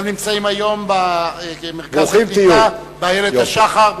הם נמצאים היום במרכז הקליטה באיילת-השחר.